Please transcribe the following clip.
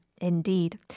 Indeed